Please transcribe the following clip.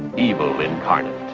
evil incarnate.